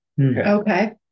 Okay